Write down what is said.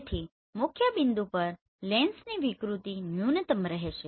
તેથી મુખ્યબિંદુ પર લેન્સની વિકૃતિ ન્યૂનતમ રહેશે